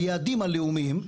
היעדים הלאומיים,